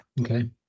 okay